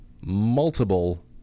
multiple